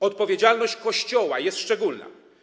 Odpowiedzialność Kościoła jest szczególna.